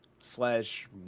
slash